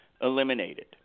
eliminated